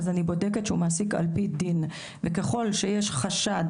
אז אני בודקת שהוא מעסיק על פי דין וככל שיש חשד,